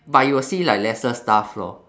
but you will see like lesser staff lor